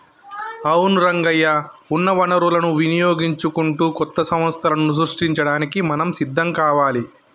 అవును రంగయ్య ఉన్న వనరులను వినియోగించుకుంటూ కొత్త సంస్థలను సృష్టించడానికి మనం సిద్ధం కావాలి